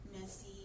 messy